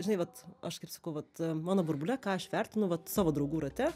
žinai vat aš kaip sakau vat mano burbule ką aš vertinu vat savo draugų rate